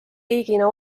riigina